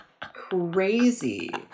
crazy